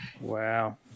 Wow